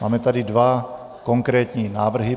Máme tady dva konkrétní návrhy.